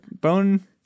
Bone